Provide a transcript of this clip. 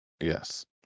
Yes